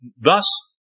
thus